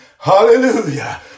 Hallelujah